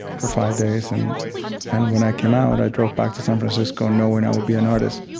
for five days. and and when i came out, i drove back to san francisco knowing i would be an artist,